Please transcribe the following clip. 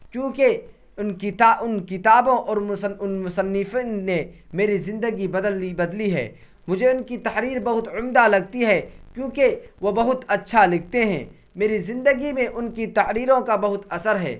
کیونکہ ان ان کتابوں اور ان مصنفین نے میری زندگی بدل بدلی ہے مجھے ان کی تحریر بہت عمدہ لگتی ہے کیوںکہ وہ بہت اچھا لکھتے ہیں میری زندگی میں ان کی تحریروں کا بہت اثر ہے